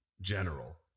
general